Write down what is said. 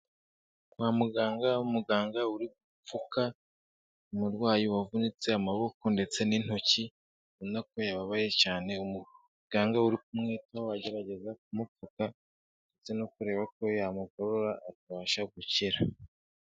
Kwa muganga, umuganga uri gupfuka umurwayi wavunitse amaboko ndetse n'intoki, ubona ko yababaye cyane, umuganga uri kumwitaho agerageza kumupfuka ndetse no kureba ko yamugorora akabasha gukira.